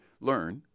learn